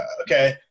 Okay